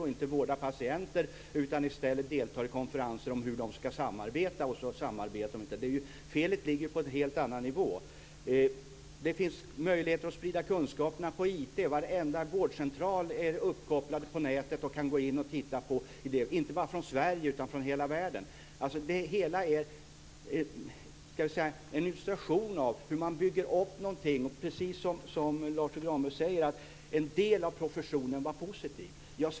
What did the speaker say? I stället för att vårda sina patienter deltar folk i konferenser om hur de ska samarbeta, men sedan samarbetar de inte. Felet ligger ju på en helt annan nivå. Det finns möjlighet att sprida kunskap via IT. Varenda vårdcentral är uppkopplad på nätet och där kan man gå in och skaffa sig kunskaper, inte bara från Sverige utan från hela världen. Det hela är en illustration av hur man bygger upp någonting som - precis som Lars U Granberg säger - en del av professionen var positiv till.